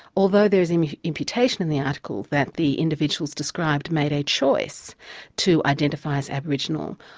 although there is imputation in the article that the individuals described made a choice to identify as aboriginal,